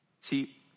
See